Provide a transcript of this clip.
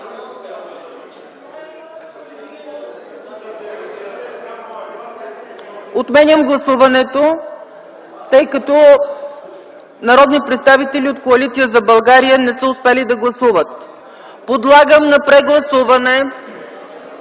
Отменям гласуването, тъй като народни представители от Коалиция за България не са успели да гласуват. Подлагам на прегласуване